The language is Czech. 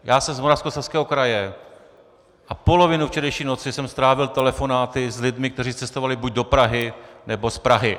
Já jsem z Moravskoslezského kraje a polovinu včerejší noci jsem strávil telefonáty s lidmi, kteří buď cestovali do Prahy, nebo z Prahy.